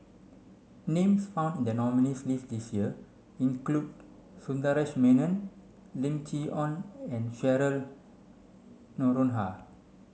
names found in the nominees' list this year include Sundaresh Menon Lim Chee Onn and Cheryl Noronha